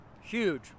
huge